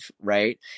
right